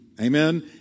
Amen